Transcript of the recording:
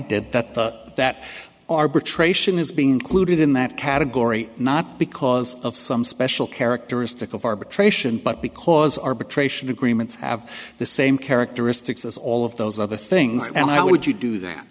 did that that arbitration is being included in that category not because of some special characteristic of arbitration but because arbitration agreement have the same characteristics as all of those other things and i would you do that